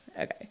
okay